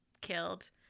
killed